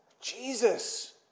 Jesus